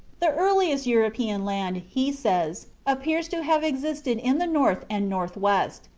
the earliest european land, he says, appears to have existed in the north and north-west,